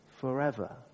forever